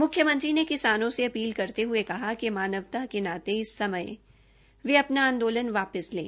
मुख्यमंत्री ने किसानों से अपील करते हुए कहा कि मानवता के नाते इस समय वे अपना आंदोलन वापस लें